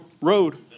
road